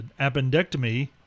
appendectomy